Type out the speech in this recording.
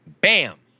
bam